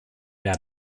mehr